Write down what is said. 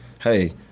hey